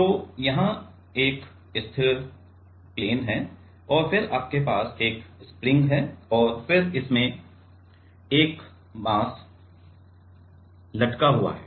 तो यहाँ एक स्थिर प्लेन है और फिर आपके पास एक स्प्रिंग है और फिर इसमें से एक मास लटका हुआ है